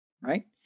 right